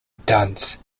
duns